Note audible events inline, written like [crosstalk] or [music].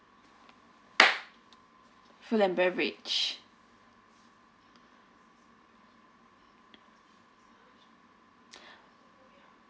[noise] food and beverage